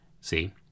See